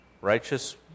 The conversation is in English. righteous